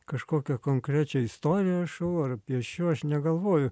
kažkokią konkrečią istoriją rašau ar piešiu aš negalvoju